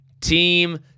team